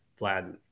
Vlad